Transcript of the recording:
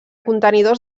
contenidors